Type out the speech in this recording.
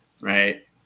right